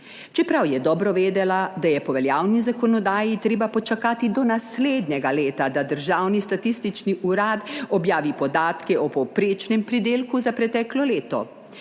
čeprav je dobro vedela, da je po veljavni zakonodaji treba počakati do naslednjega leta, da državni statistični urad objavi podatke o povprečnem pridelku za preteklo leto.